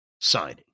signing